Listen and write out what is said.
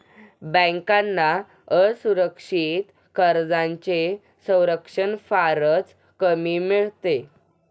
बँकांना असुरक्षित कर्जांचे संरक्षण फारच कमी मिळते